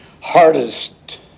hardest